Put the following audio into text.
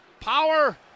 Power